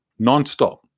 nonstop